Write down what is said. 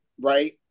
right